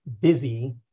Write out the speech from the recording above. busy